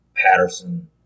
Patterson